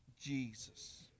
Jesus